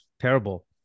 terrible